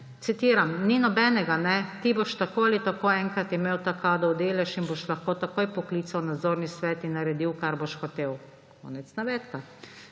Citiram: »Ni nobenega. Ti boš tako ali tako enkrat imel ta Kadov delež in boš lahko takoj poklical nadzorni svet in naredil, kar boš hotel.« Konec navedka.